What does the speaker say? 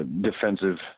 defensive